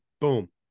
boom